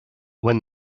when